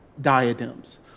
diadems